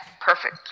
perfect